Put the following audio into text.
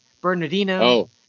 Bernardino